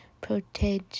Protege